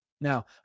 Now